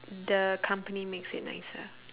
the company makes it nicer